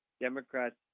Democrats